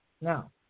Now